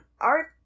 art